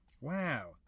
Wow